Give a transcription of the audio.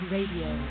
Radio